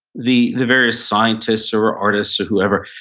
the the various scientists or artists or whoever,